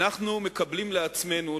אנחנו מקבלים על עצמנו,